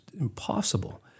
impossible